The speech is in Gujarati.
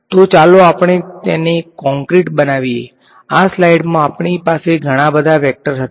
તો ચાલો આપણે તેને કોંક્રિટ બનાવીએ આ સ્લાઈડમાં આપણી પાસે ઘણા બધા વેક્ટર હતા